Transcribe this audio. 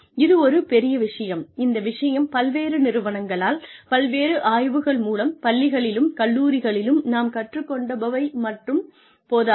இது ஒரு பெரிய விஷயம் இந்த விஷயம் பல்வேறு நிறுவனங்களால் பல்வேறு ஆய்வுகள் மூலம் பள்ளிகளிலும் கல்லூரிகளிலும் நாம் கற்றுக் கொண்டவை மட்டும் போதாது